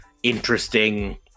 interesting